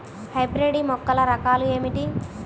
Hybrid మొక్కల రకాలు ఏమిటి?